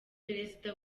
perezida